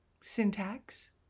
syntax